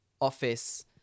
office